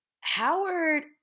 Howard